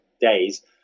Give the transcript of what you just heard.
days